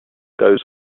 goes